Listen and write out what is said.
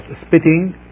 spitting